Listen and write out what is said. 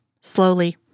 slowly